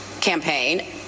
campaign